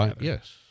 yes